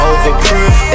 Overproof